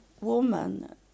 woman